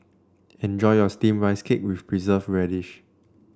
enjoy your steamed Rice Cake with Preserved Radish